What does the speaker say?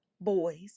boys